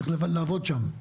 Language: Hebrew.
צריך לעבוד שם.